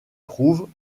trouvent